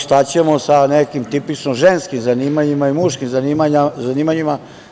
Šta ćemo sa nekim tipičnim ženskim zanimanjima i muškim zanimanjima?